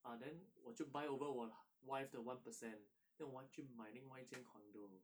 ah then 我就 buy over 我的 wife 的 one percent then 我们去买另外一件 condo